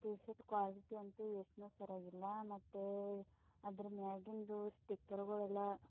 tea shirt quality ಅಂತು ಎಷ್ಟುನೂ ಸರಿಯಾಗಿ ಇಲ್ಲ ಮತ್ತು ಅದರ ಮ್ಯಾಗಿಂದು ಸ್ಟಿಕರುಗಳೆಲ್ಲ